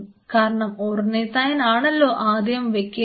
കാരണം ഓർനിതൈൻ ആണല്ലോ ആദ്യം വെക്കേണ്ടത്